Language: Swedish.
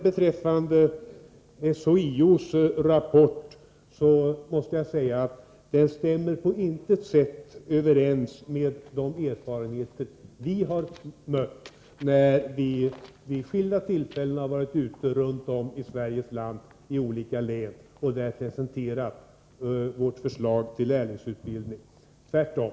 Beträffande SHIO:s rapport måste jag säga att den på intet sätt överensstämmer med de erfarenheter som vi gjort när vi vid skilda tillfällen åkt runt i olika län och presenterat vårt förslag till lärlingsutbildning, tvärtom.